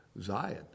Zion